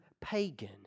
pagan